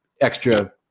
extra